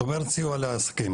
את אומרת סיוע לעסקים,